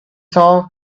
saw